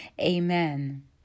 Amen